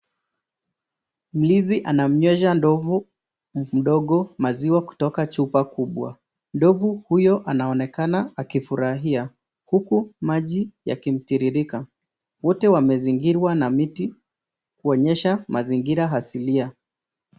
Mlinzi anamnywesha ndovu mdogo maziwa kutoka chupa kubwa. Ndovu huyo anaonekana akifurahia huku maji yakimtiririka. Wote wamezingirwa na miti kuonyesha mazingira asilia.